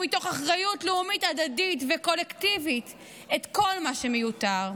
ומתוך אחריות לאומית הדדית וקולקטיבית את כל מה שמיותר,